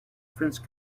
french